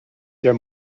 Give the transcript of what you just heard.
der